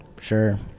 sure